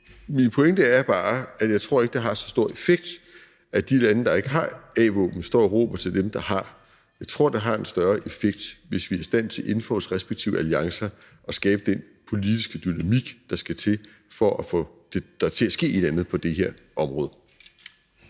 Min pointe er bare, at jeg ikke tror, det har så stor effekt, at de lande, der ikke har a-våben, står og råber til dem, der har. Jeg tror, det har en større effekt, hvis vi er i stand til inden for vores respektive alliancer at skabe den politiske dynamik, der skal til, for at få et eller andet til at ske på det her område.